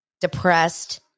depressed